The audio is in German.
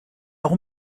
auch